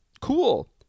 Cool